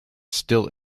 still